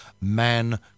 Man